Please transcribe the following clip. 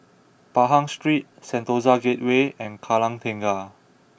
Pahang Street Sentosa Gateway and Kallang Tengah